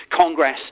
Congress